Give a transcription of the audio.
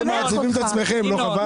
בדיכאון.